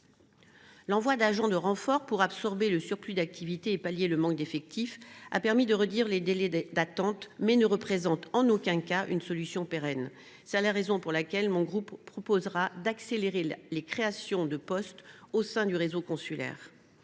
L’envoi d’agents de renforts pour absorber le surplus d’activité et pallier le manque d’effectifs a permis de réduire les délais d’attente, mais ne représente en aucun cas une solution pérenne. C’est la raison pour laquelle le groupe Socialiste, Écologiste et Républicain proposera d’accélérer les créations de postes au sein du réseau consulaire.